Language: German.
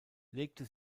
legte